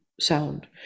sound